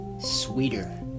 sweeter